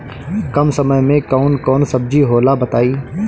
कम समय में कौन कौन सब्जी होला बताई?